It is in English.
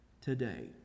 today